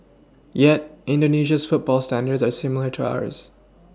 yet indonesia's football standards are similar to ours